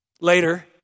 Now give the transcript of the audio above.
later